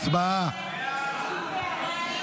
הצבעה.